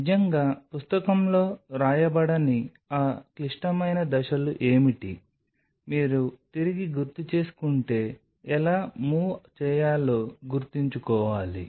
నిజంగా పుస్తకంలో వ్రాయబడని ఆ క్లిష్టమైన దశలు ఏమిటి మీరు తిరిగి గుర్తుచేసుకుంటే ఎలా మూవ్ చేయాలో గుర్తుంచుకోవాలి